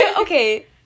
Okay